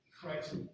Christ